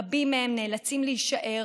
רבים מהם נאלצים להישאר